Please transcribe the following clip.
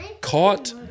Caught